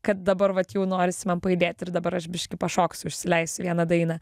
kad dabar vat jau norisi man pajudėt ir dabar aš biški pašoksiu užsileisiu vieną dainą